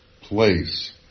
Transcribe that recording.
place